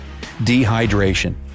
Dehydration